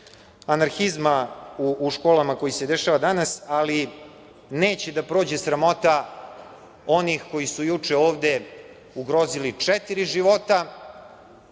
anarhizma u školama koji se dešava danas, ali neće da prođe sramota onih koji su juče ovde ugrozili četiri života,